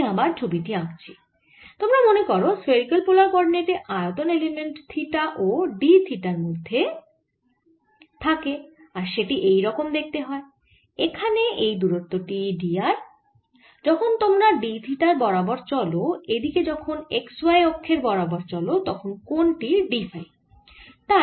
আমি আবার ছবি টি আঁকি তোমরা মনে করো স্ফেরিকাল পোলার কোঅরডিনেটে আয়তন এলিমেন্ট থিটা ও d থিটার মধ্যে থাকে আর সেটি এই রকম দেখতে হয় এখানে এই দূরত্ব টি d r যখন তোমরা d থিটার বরাবর চলো এদিকে যখন x y অক্ষের বরাবর চলো তখব কোণ টি d ফাই